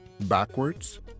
backwards